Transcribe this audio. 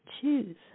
choose